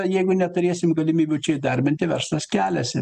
jeigu neturėsim galimybių čia įdarbinti verslas keliasi